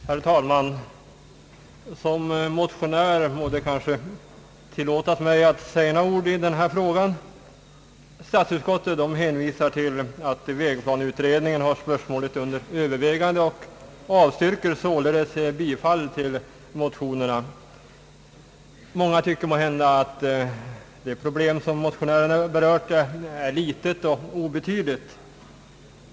Herr talman! Såsom motionär må det kanske tillåtas mig att säga några ord i denna fråga. Statsutskottet hänvisar till att vägplaneutredningen har spörsmålet under övervägande och avstyrker således bifall till motionerna. Många tycker måhända att det problem som motionärerna har berört är litet och obetydligt.